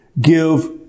give